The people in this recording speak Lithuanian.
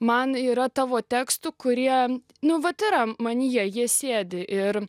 man yra tavo tekstų kurie nu vat yra manyje jie sėdi ir